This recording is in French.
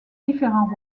différents